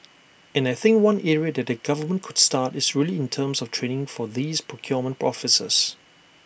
and I think one area that the government could start is really in terms of training for these procurement officers